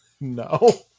No